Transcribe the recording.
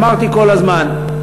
ואמרתי כל הזמן,